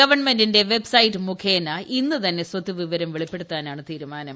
ഗവൺമെന്റിന്റെ വെബ്സൈറ്റ് മുഖേന ഇന്ന് തന്നെ സ്വത്ത് വിവരം വെളിപ്പെടുത്താനാണ് തീരുമാനം